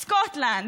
סקוטלנד,